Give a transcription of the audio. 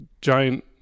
giant